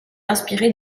inspirée